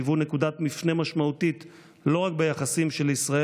היוו נקודת מפנה משמעותית לא רק ביחסים של ישראל